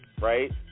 right